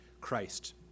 Christ